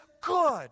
good